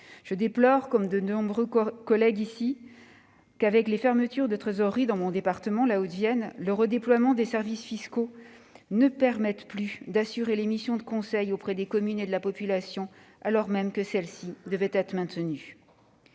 publiques. Comme de nombreux collègues ici, je déplore que, avec les fermetures de trésoreries- par exemple dans mon département de la Haute-Vienne -, le redéploiement des services fiscaux ne permette plus d'assurer les missions de conseil auprès des communes et de la population, alors même que celles-ci devaient être maintenues.